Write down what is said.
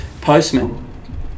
Postman